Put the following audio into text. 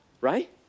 right